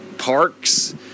Parks